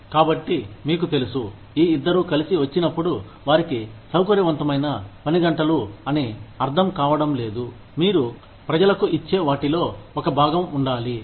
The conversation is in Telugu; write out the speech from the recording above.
కాబట్టి మీకు తెలుసు ఈ ఇద్దరూ కలిసి వచ్చినప్పుడు వారికి సౌకర్యవంతమైన పనిగంటలు అని అర్థం కావడం లేదు మీరు ప్రజలకు ఇచ్చే వాటిలో ఒక భాగం ఉండాలి